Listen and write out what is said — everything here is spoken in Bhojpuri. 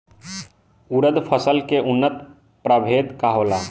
उरद फसल के उन्नत प्रभेद का होला?